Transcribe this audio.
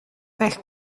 weg